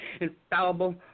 Infallible